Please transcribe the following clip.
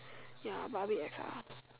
ya but a bit ex ah